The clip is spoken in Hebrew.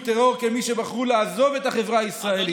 טרור כמי שבחרו לעזוב את החברה הישראלית.